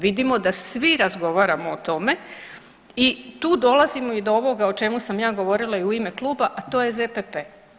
Vidimo da svi razgovaramo o tome i tu dolazimo i do ovoga o čemu sam ja govorila i u ime kluba, a to je ZPP.